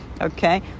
okay